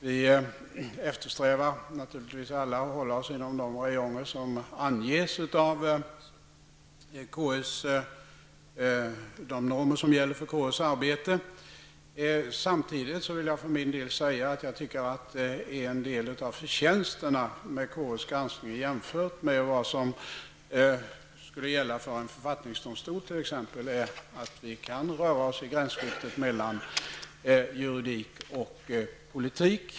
Vi eftersträvar naturligtvis alla att hålla oss inom de räjonger som anges av de normer som gäller för KUs arbete. En del av förtjänsterna med KUs granskning jämfört med vad som skulle gälla för en författningsdomstol är just att vi kan röra oss i gränsskiktet mellan juridik och politik.